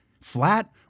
Flat